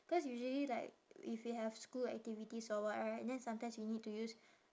cause usually like if you have school activities or what right then sometimes you need to use